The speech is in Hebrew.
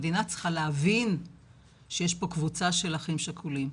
המדינה צריכה להבין שיש פה קבוצה של אחים שכולים.